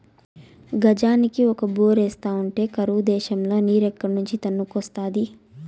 గజానికి ఒక బోరేస్తా ఉంటే కరువు దేశంల నీరేడ్నుంచి తన్నుకొస్తాది